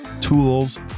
tools